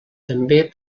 també